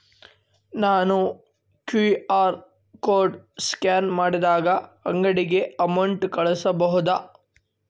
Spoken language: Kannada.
ನಾನು ಕ್ಯೂ.ಆರ್ ಕೋಡ್ ಸ್ಕ್ಯಾನ್ ಮಾಡಿ ಅಂಗಡಿಗೆ ಅಮೌಂಟ್ ಕಳಿಸಬಹುದಾ?